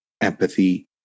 empathy